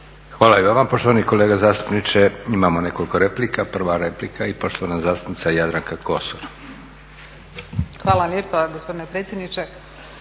Hvala i vama poštovani kolega zastupniče. Imamo nekoliko replika. Prva replika i poštovana zastupnica Jadranka Kosor. **Kosor, Jadranka